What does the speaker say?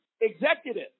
executive